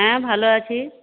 হ্যাঁ ভালো আছি